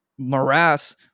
morass